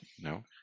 No